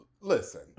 listen